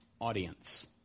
audience